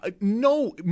No